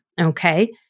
okay